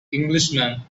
englishman